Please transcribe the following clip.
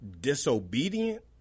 disobedient